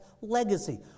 legacy